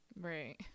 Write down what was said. Right